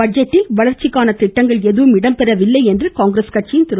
பட்ஜெட்டில் வளர்ச்சிக்கான திட்டங்கள் எதுவும் இடம்பெறவில்லை என்று காங்கிரஸ் கட்சியின் திரு